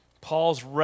Paul's